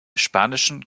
spanischen